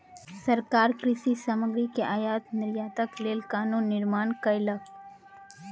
सरकार कृषि सामग्री के आयात निर्यातक लेल कानून निर्माण कयलक